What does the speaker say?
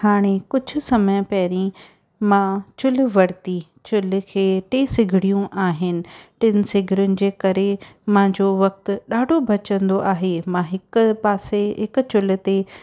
हाणे कुझु समय पहिरीं मां चुल्हि वरिती चुल्हि खे टे सिगड़ियूं आहिनि टिनि सिगड़ियुनि जे करे मुंहिंजो वक़्तु ॾाढो बचंदो आहे मां हिकु पासे हिक चुल्हि ते